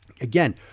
Again